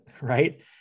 Right